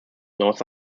north